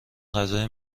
غذای